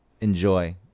enjoy